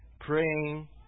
praying